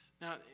now